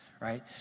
right